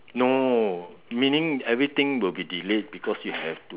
no meaning everything will be delayed because you have to